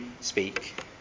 speak